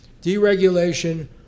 Deregulation